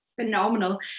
phenomenal